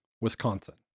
Wisconsin